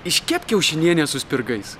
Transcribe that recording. iškepk kiaušinienę su spirgais